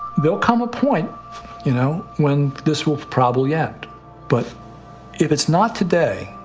there'll come a point you know when this will probably end but if it's not today,